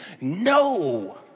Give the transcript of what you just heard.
No